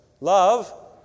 love